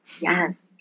Yes